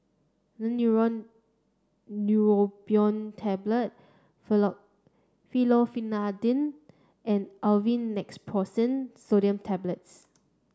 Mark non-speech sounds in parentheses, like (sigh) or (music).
Daneuron Neurobion Tablet (unintelligible) Fexofenadine and Aleve Naproxen Sodium Tablets